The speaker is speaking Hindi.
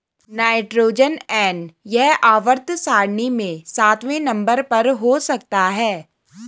नाइट्रोजन एन यह आवर्त सारणी में सातवें नंबर पर हो सकता है